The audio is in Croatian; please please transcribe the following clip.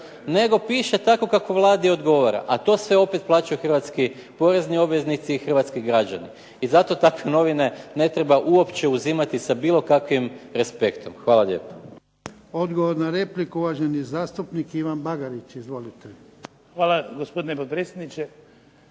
nego piše tako kako Vladi odgovara, a to sve opet plaćaju hrvatski porezni obveznici i hrvatski građani i zato takve novine ne treba uopće uzimati sa bilo kakvim respektom. Hvala lijepo. **Jarnjak, Ivan (HDZ)** Odgovor na repliku, uvaženi zastupnik Ivan Bagarić. Izvolite. **Bagarić,